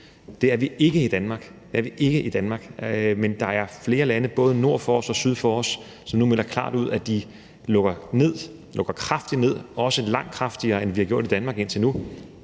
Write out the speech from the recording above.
det er vi ikke i Danmark – men der er flere lande, både nord for os og syd for os, som nu melder klart ud, at de lukker ned, at de lukker kraftigt ned, også langt kraftigere, end vi har gjort i Danmark indtil nu,